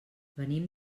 venim